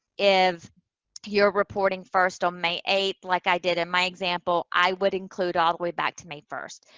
if you're reporting first on may eighth, like i did in my example, i would include all the way back to may first.